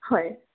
হয়